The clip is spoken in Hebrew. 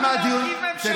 איציק,